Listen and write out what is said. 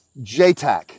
JTAC